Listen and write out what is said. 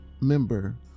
member